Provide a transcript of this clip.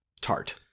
tart